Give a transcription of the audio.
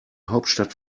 hauptstadt